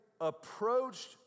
approached